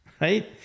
Right